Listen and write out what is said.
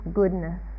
goodness